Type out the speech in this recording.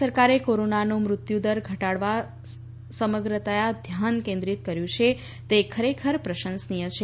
રાજ્ય સરકારે કોરોનાનો મૃત્યુ દર ઘટાડવા સમગ્રતયા ધ્યાન કેન્દ્રિત કર્યું છે તે ખરેખર પ્રશંસનીય છે